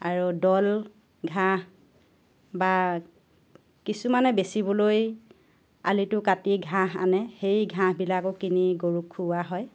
আৰু দল ঘাঁহ বা কিছুমানে বেছিবলৈ আলিটো কাটি ঘাঁহ আনে সেই ঘাঁহবিলাকো কিনি গৰুক খোওঁৱা হয়